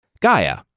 Gaia